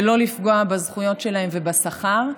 ולא לפגוע בזכויות שלהם ובשכר.